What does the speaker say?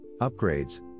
upgrades